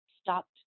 stopped